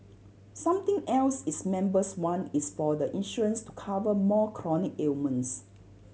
something else its members want is for the insurance to cover more chronic ailments